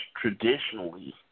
traditionally